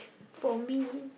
for me